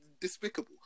despicable